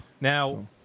Now